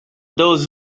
those